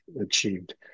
achieved